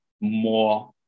more